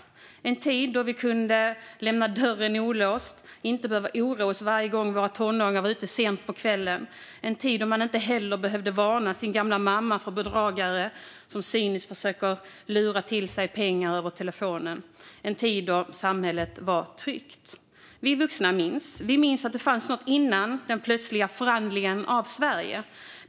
Det fanns en tid då vi kunde lämna dörren olåst och inte behövde oroa oss varje gång våra tonåringar var ute sent på kvällen. Det var en tid då man inte heller behövde varna sin gamla mamma för bedragare, som cyniskt försöker lura till sig pengar över telefonen. Det var en tid då samhället var tryggt. Vi vuxna minns att det fanns något före den plötsliga förvandlingen av Sverige.